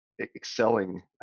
excelling